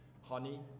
honey